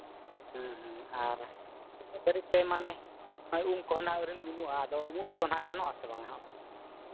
ᱦᱮᱸ ᱦᱮᱸ ᱟᱨ ᱱᱤᱛᱚᱜ ᱫᱷᱟᱹᱨᱤᱡ ᱛᱮ ᱢᱟᱱᱮ ᱩᱢ ᱠᱚᱦᱚᱸ ᱦᱟᱸᱜ ᱟᱹᱣᱨᱤᱞᱤᱧ ᱩᱢᱩᱜᱼᱟ ᱟᱫᱚ ᱩᱢᱩᱜ ᱠᱚᱫᱚ ᱦᱟᱸᱜ ᱜᱟᱱᱚᱜ ᱟᱥᱮ ᱵᱟᱝᱼᱟ